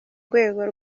rwego